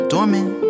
Dormant